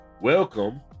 welcome